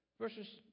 Verses